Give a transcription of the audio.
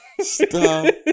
stop